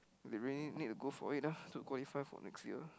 they really need to go for it ah to qualify for next year